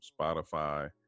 Spotify